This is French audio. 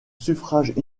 suffrage